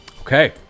Okay